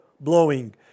blowing